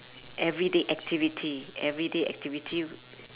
everyday activity everyday activity